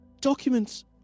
documents